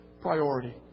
priority